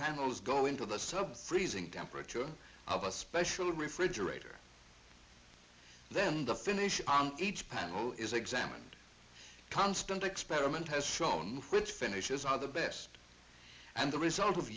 panels go into the sub freezing temperature of a special refrigerator then the finish on each panel is examined constant experiment has shown which finishes are the best and the result of